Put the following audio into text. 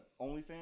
OnlyFans